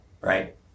Right